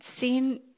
seen